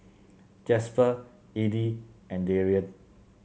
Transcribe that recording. Jasper Edie and Darien